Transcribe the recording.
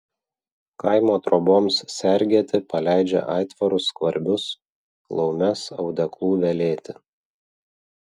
kaimo troboms sergėti paleidžia aitvarus skvarbius laumes audeklų velėti